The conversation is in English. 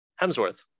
Hemsworth